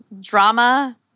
Drama